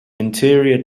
interior